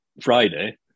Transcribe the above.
Friday